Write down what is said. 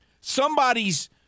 Somebody's